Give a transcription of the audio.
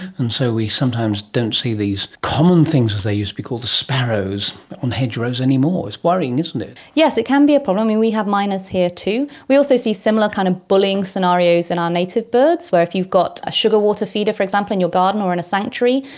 and so we sometimes don't see these common things, as they used to be called, the sparrows on hedgerows anymore. it's worrying, isn't it. yes, it can be a problem. and we have miners here too. we also see similar kind of bullying scenarios in our native birds where if you've got a sugar-water feeder, for example, in your garden or in a sanctuary,